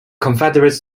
confederates